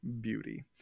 beauty